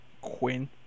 Quinn